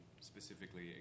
specifically